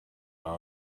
are